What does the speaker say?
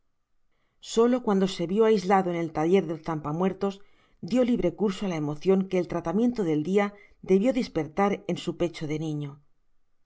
solo cuando se vio aislado en el taller del zampa muertos dio libre curso á la emocion que el tratamiento del dia debió dispertar en su pecho de niño